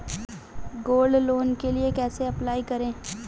Gold loan के लिए कैसे अप्लाई करें?